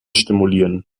stimulieren